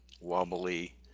wobbly